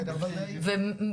בעיניי,